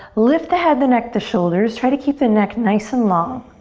lift the head, the neck, the shoulders. try to keep the neck nice and long.